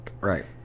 Right